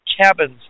cabins